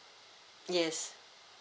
yes